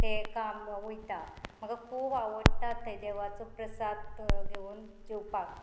तें काम वयता म्हाका खूब आवडटा थंय देवाचो प्रसाद घेवून जेवपाक